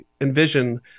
envision